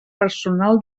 personal